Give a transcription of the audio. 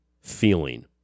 feeling